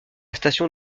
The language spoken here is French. station